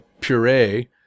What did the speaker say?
puree